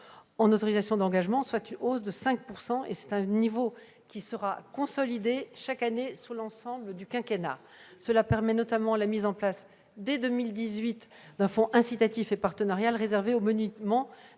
en autorisations d'engagement, soit une hausse de 5 %. Ce niveau sera consolidé chaque année, tout au long du quinquennat. Cela permet notamment la mise en place dès 2018 d'un fonds incitatif et partenarial réservé aux monuments